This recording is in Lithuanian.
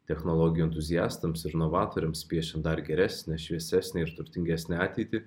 technologijų entuziastams ir novatoriams piešia dar geresnę šviesesnę ir turtingesnę ateitį